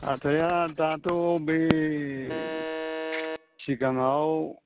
हाथाइआ दाथ' बै सिगाङाव